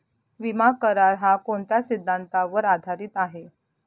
विमा करार, हा कोणत्या सिद्धांतावर आधारीत आहे?